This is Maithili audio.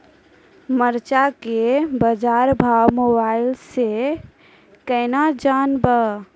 मरचा के बाजार भाव मोबाइल से कैनाज जान ब?